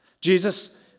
Jesus